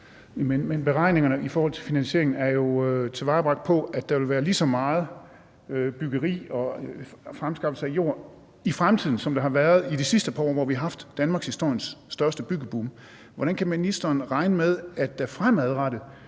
Men beregningerne i forhold til finansieringen er jo tilvejebragt, på baggrund af at der vil være lige så meget byggeri og fremskaffelse af jord i fremtiden, som der har været i de sidste par år, hvor vi har haft danmarkshistoriens største byggeboom. Hvordan kan ministeren regne med, at der fremadrettet